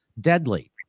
deadly